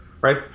right